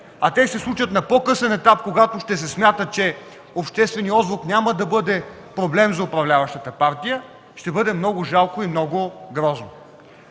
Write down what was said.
Те ще се случат на по-късен етап, когато ще се смята, че общественият отзвук няма да бъде проблем за управляващата партия. Ще бъде много жалко и много грозно!